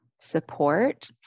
support